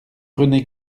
rené